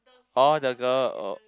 oh the girl oh